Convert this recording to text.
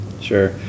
Sure